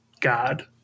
god